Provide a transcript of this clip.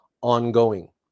ongoing